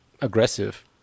aggressive